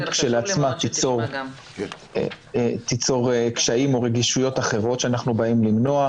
כשלעצמה תיצור קשיים או רגישויות אחרות שאנחנו באים למנוע.